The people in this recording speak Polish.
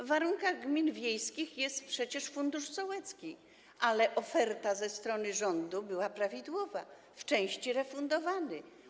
W warunkach gmin wiejskich jest przecież fundusz sołecki, ale oferta ze strony rządu była tu prawidłowa, w części refundowany.